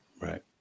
Right